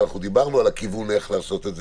ואנחנו דיברנו על הכיוון איך לעשות את זה,